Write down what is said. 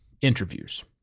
interviews